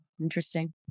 Interesting